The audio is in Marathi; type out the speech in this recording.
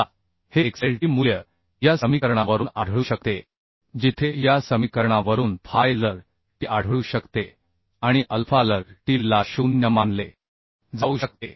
आता हे xlt मूल्य या समीकरणा वरून आढळू शकते जिथे या समीकरणा वरून phi lt आढळू शकते आणि अल्फा lt ला 0 मानले जाऊ शकते